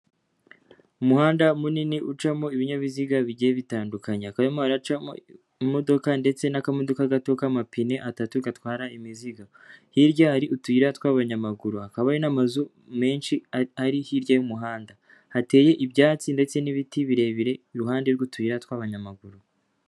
Umuhanda munini ucamo ibinyabiziga bigiye bitandukanye. Hakaba harimo haracamo imodoka ndetse n'akamodoka gato k'amapine atatu gatwara imizigo. Hirya hari utuyira twa'abanyamaguru, hakaba hari n'amazu menshi ari hirya y'umuhanda. Hateye ibyatsi ndetse n'ibiti birebire iruhande rw'utuya tw'abanyamaguru.